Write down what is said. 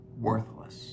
worthless